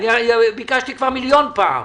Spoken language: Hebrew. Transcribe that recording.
ביקשתי כבר מיליון פעם.